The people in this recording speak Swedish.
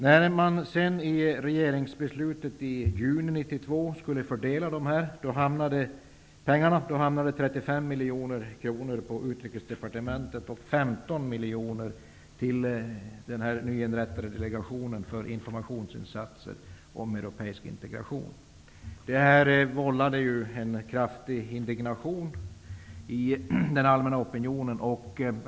När man sedan i regeringsbeslutet i juni 1992 skulle fördela pengarna hamnade 35 miljoner kronor hos Utrikesdepartementet och 15 miljoner kronor hos den nyinrättade delegationen för informationsinsatser om europeisk integration. Detta vållade en kraftig indignation i den allmänna opinionen.